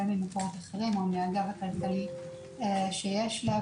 ממקורות אחרים או מהגב הכלכלי שיש לה.